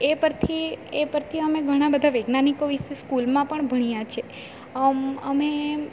એ એ પરથી અમે ઘણા બધા વૈજ્ઞાનિકો વિશે સ્કૂલમાં પણ ભણ્યા છીએ અમે